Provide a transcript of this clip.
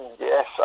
yes